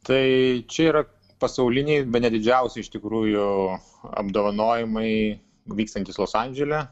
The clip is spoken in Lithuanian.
tai čia yra pasauliniai bene didžiausi iš tikrųjų apdovanojimai vykstantys los andžele